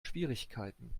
schwierigkeiten